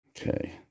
Okay